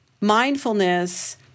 mindfulness